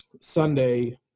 Sunday